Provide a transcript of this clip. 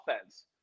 offense